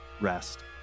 rest